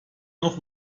noch